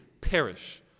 perish